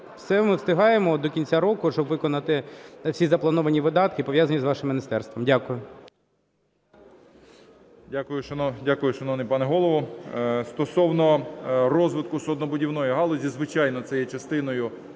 Все, ми встигаємо до кінця року, щоб виконати всі заплановані видатки, пов'язані з вашим міністерством? Дякую. 11:50:49 ШМИГАЛЬ Д.А. Дякую, шановний пане Голово. Стосовно розвитку суднобудівної галузі. Звичайно, це є частиною